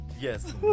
Yes